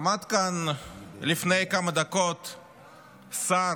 עמד כאן לפני כמה דקות שר,